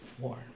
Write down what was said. more